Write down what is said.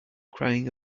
crying